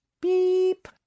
Beep